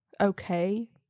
okay